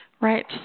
Right